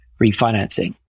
refinancing